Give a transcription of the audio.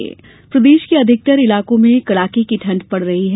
मौसम प्रदेश के अधिकतर इलाकों में कड़ाके ठंड पड़ रही है